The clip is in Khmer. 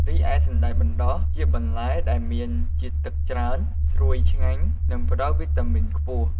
រីឯសណ្តែកបណ្តុះ ជាបន្លែដែលមានជាតិទឹកច្រើន ស្រួយឆ្ងាញ់ និងផ្តល់វីតាមីនខ្ពស់។